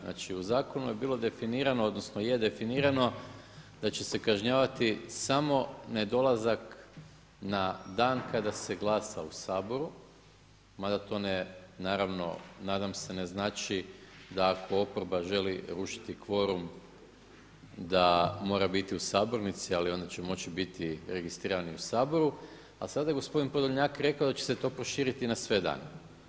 Znači u zakonu je bilo definirano odnosno je definirano da će se kažnjavati samo ne dolazak na dan kada se glasa u Saboru, mada to ne naravno nadam se ne znači da ako oporba želi rušiti kvorum da mora biti u sabornici, ali onda će moći biti registrirani u Saboru, a sada je gospodin Podolnjak rekao da će se to proširiti na sve dane.